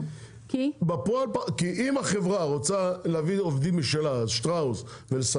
כי אם החברה רוצה להביא עובדים משלה ולסדר